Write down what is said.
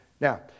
Now